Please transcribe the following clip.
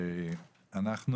אנחנו